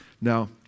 Now